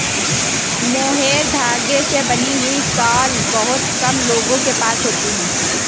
mohair धागे से बनी हुई शॉल बहुत कम लोगों के पास होती है